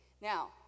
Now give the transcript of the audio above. Now